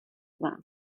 სხვა